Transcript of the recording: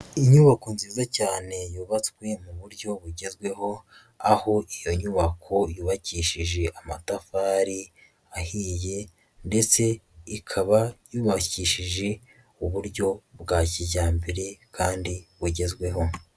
Inyubako nziza cyane yubatswe mu buryo bugezweho, aho iyo nyubako yubakishije amatafari ahiye ndetse ikaba yubakishije uburyo bwa kijyambere kandi bugezweho.